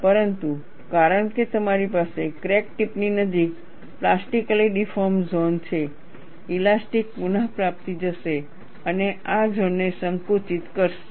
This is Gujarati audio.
પરંતુ કારણ કે તમારી પાસે ક્રેક ટિપની નજીક પ્લાસ્ટીકલી ડિફૉર્મ ઝોન છે ઇલાસ્ટીક પુનઃપ્રાપ્તિ જશે અને આ ઝોનને સંકુચિત કરશે